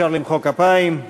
אפשר למחוא כפיים.